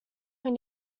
that